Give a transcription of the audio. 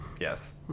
yes